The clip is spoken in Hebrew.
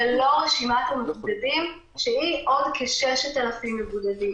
ללא רשימת המבודדים שהיא עוד כ-6,000 מבודדים.